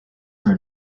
were